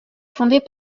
fondée